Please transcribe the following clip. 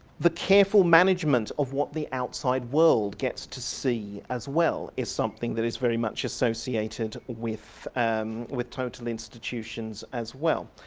the careful management of what the outside world gets to see as well is something that is very much associated with with total institutions as well.